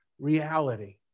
reality